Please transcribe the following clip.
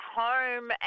home